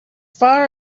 far